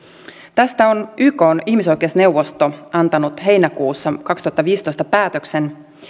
tästä on ykn ihmisoikeusneuvosto antanut heinäkuussa kaksituhattaviisitoista päätöksen